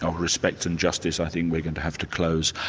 ah respect and justice i think we're going to have to close.